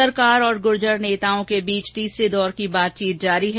सरकार और गुर्जर नेताओं के बीच तीसरी दौर की बातचीत जारी है